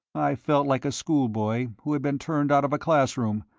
i felt like a schoolboy who had been turned out of a class-room,